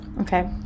Okay